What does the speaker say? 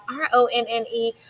R-O-N-N-E